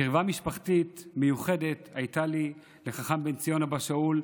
קרבה משפחתית מיוחדת הייתה לי לחכם בן ציון אבא שאול,